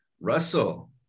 Russell